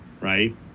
right